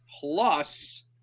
plus